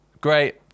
Great